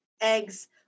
eggs